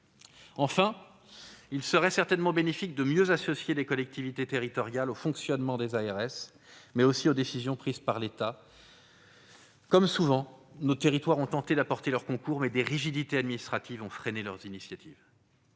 Enfin, il serait certainement bénéfique de mieux associer les collectivités territoriales au fonctionnement des agences régionales de santé, les ARS, mais aussi aux décisions prises par l'État. Comme souvent, nos territoires ont tenté d'apporter leur concours, mais des rigidités administratives ont freiné leurs initiatives.